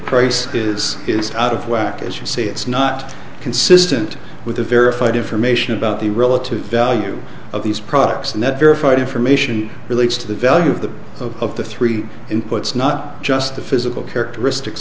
price is out of whack as you say it's not consistent with the verified information about the relative value of these products and that verified information relates to the value of the of the three inputs not just the physical characteristics